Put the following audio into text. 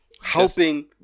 helping